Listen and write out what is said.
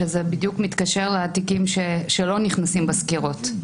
וזה בדיוק מתקשר לתיקים שלא נכנסים בסקירות.